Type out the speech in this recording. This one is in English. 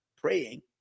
praying